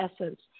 Essence